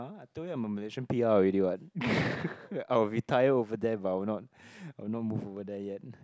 I told you I'm a malaysian P_R already [what] I'll retire over there but I will not I will not move over there yet